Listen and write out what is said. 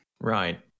Right